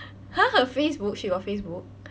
!huh! her facebook she got facebook